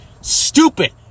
stupid